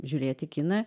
žiūrėti kiną